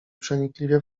przenikliwie